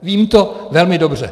Vím to velmi dobře.